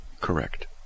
Correct